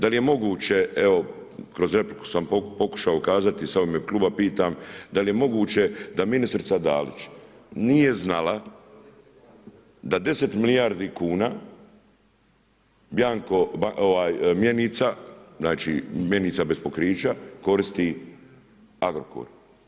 Dal je moguće, evo kroz repliku sam pokušao kazati sada u ime kluba pitam, dal je moguće da ministrica Dalić nije znala da 10 milijardi kuna bjanko mjenica, znači mjenica bez pokrića koristi Agrokor?